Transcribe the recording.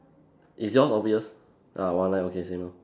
is yours obvious ah one line okay same lor